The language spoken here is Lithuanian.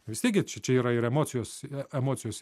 vis tiek gi čia yra ir emocijos emocijos